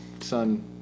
son